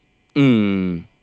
hmm